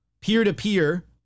peer-to-peer